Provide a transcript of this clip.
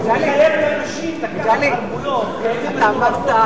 לחייב אנשים לקחת ערבויות כאלה מטורפות מהשוכר,